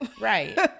right